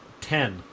ten